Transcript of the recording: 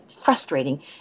frustrating